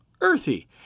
earthy